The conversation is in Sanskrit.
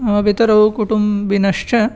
मम पितरौ कुटुम्बिनश्च